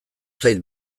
zait